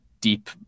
deep